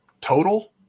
total